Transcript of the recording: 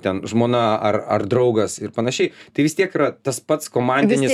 ten žmona ar ar draugas ir panašiai tai vis tiek yra tas pats komandinis